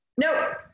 nope